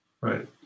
right